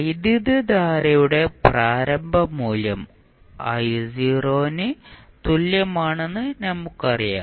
വൈദ്യുതധാരയുടെ പ്രാരംഭ മൂല്യം ന് തുല്യമാണെന്ന് നമുക്കറിയാം